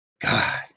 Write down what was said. God